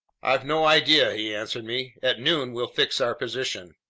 i've no idea, he answered me. at noon we'll fix our position.